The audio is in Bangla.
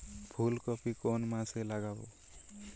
ফুলকপি কোন মাসে লাগাবো?